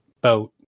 Boat